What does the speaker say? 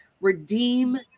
Redeem